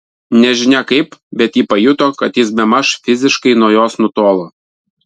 nežinia kaip bet ji pajuto kad jis bemaž fiziškai nuo jos nutolo